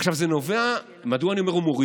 עכשיו, זה קרה, מדוע אני אומר "הומוריסטי"?